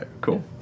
Cool